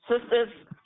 sisters